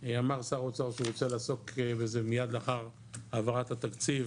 אמר שר האוצר שהוא רוצה לעסוק בזה מיד לאחר העברת התקציב,